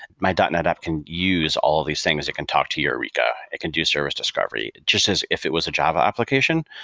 my dotnet app can use all of these things. it can talk to eureka. it can do service discovery, just as if it was a java application.